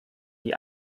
die